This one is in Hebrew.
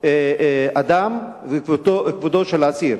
אדם ובכבודו של האסיר.